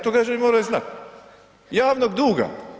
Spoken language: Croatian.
To građani moraju znati, javnog duga.